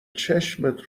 چشمت